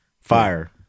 fire